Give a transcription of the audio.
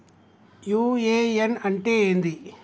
UAN అంటే ఏంది?